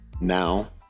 Now